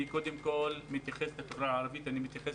אני מתייחס לחברה הערבית ואני מתייחס